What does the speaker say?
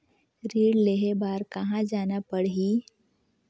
ऋण लेहे बार कहा जाना पड़ही?